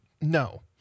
No